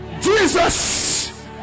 Jesus